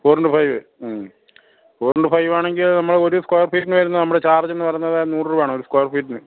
four into five മ് four into five ആണെങ്കിൽ നമ്മൾ ഒരു സ്ക്വയർ ഫീറ്റിന് വരുന്ന നമ്മുടെ ചാർജ് എന്ന് പറയുന്നത് നൂറ് രൂപയാണ് ഒരു സ്ക്വയർ ഫീറ്റിന്